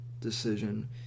decision